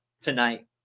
tonight